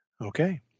Okay